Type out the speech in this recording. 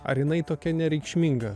ar jinai tokia nereikšminga